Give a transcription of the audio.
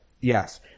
Yes